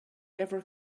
ever